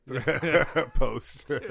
post